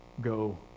go